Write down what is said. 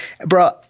bro